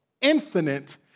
infinite